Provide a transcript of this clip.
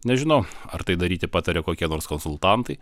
nežinau ar tai daryti patarė kokie nors konsultantai